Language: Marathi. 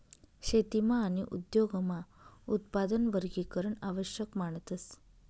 शेतीमा आणि उद्योगमा उत्पादन वर्गीकरण आवश्यक मानतस